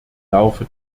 laufe